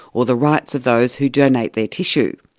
or the rights of those who donate their tissue.